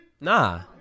Nah